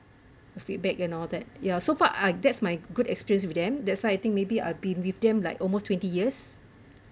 feedback and all that ya so far I that's my good experience with them that's why I think maybe I've been with them like almost twenty years